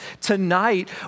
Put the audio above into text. tonight